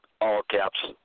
all-caps